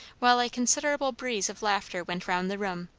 while a considerable breeze of laughter went round the room.